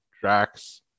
Drax